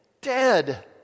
Dead